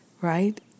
right